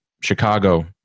Chicago